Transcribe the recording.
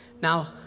Now